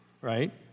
right